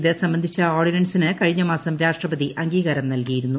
ഇത് സംബന്ധിച്ച ഓർഡിനൻസിന് കഴിഞ്ഞ മാസം രാഷ്ട്രപതി അംഗീകാരം നൽകിയിരുന്നു